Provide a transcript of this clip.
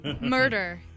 Murder